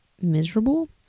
miserable